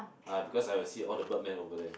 ah because I will see all the bird man over there